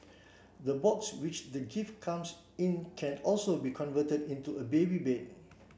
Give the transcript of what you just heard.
the box which the gift comes in can also be converted into a baby bed